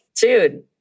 Dude